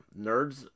Nerds